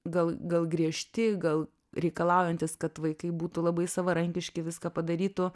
gal gal griežti gal reikalaujantys kad vaikai būtų labai savarankiški viską padarytų